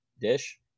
dish